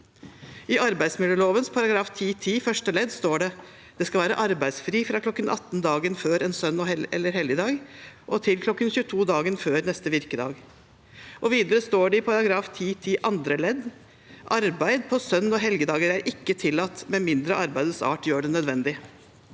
I arbeidsmiljøloven § 10-10 første ledd står det: «Det skal være arbeidsfri fra kl. 1800 dagen før en søn- eller helgedag og til kl. 2200 dagen før neste virkedag.» Videre står det i § 10-10 andre ledd: «Arbeid på søn- og helgedager er ikke tillatt med mindre arbeidets art gjør det nødvendig.»